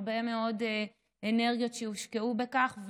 הרבה מאוד אנרגיות הושקעו בכך,